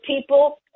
people